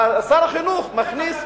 שר החינוך מכניס,